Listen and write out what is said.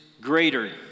greater